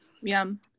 yum